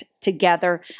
together